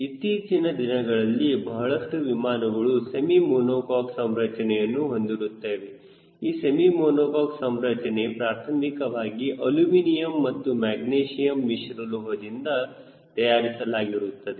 ಇತ್ತೀಚಿನ ದಿನಗಳಲ್ಲಿ ಬಹಳಷ್ಟು ವಿಮಾನಗಳು ಸೆಮಿ ಮೋನುಕಾಕ್ ಸಂರಚನೆಯನ್ನು ಹೊಂದಿರುತ್ತವೆ ಈ ಸೆಮಿ ಮೋನುಕಾಕ್ ಸಂರಚನೆ ಪ್ರಾಥಮಿಕವಾಗಿ ಅಳುಮಿನಿಯಂ ಮತ್ತು ಮ್ಯಾಗ್ನಿಷಿಯಂ ಮಿಶ್ರಲೋಹದಿಂದ ತಯಾರಿಸಲಾಗಿರುತ್ತದೆ